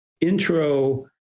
intro